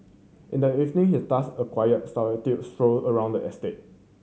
in the evening he task a quiet solitary stroll around the estate